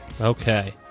Okay